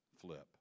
flip